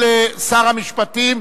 של שר המשפטים.